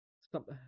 Stop